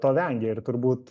to vengia ir turbūt